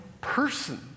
person